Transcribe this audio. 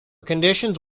conditions